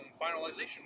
finalization